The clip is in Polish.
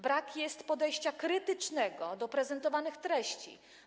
Brak jest podejścia krytycznego do prezentowanych treści.